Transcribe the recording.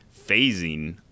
phasing